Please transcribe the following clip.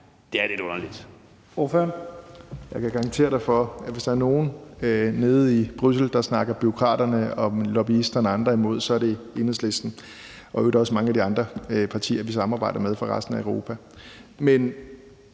Det er lidt underligt.